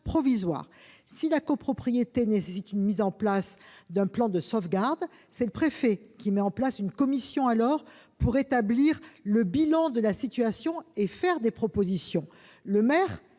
Si la copropriété nécessite la mise en oeuvre d'un plan de sauvegarde, le préfet met en place une commission pour effectuer un bilan de la situation et faire des propositions.